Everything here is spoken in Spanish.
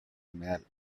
humedal